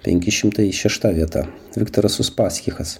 penki šimtai šešta vieta viktoras uspaskichas